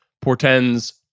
portends